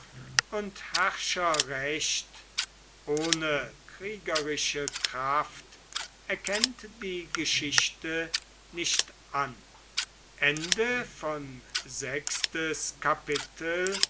und herrscherrecht ohne kriegerische kraft erkennt die geschichte nicht an